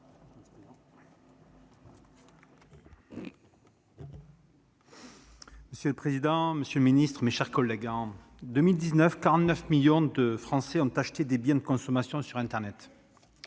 Monsieur le président, monsieur le secrétaire d'État, mes chers collègues, en 2019, 49 millions de Français ont acheté des biens de consommation sur internet.